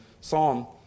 Psalm